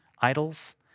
idols